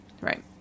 Right